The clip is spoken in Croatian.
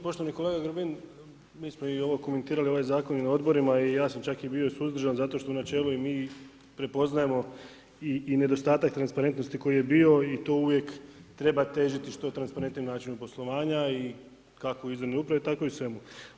Poštovani kolega Grbin, mi smo i ovo komentirali o ovaj zakon i na odborima i ja sam čak bio i suzdržan zato što u načelu i mi prepoznajemo i nedostatak transparentnosti koji je bio i tu uvijek treba težiti što transparentnijem načinu poslovanja i kako izvanredne uprave tako i u svemu.